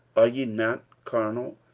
are ye not carnal,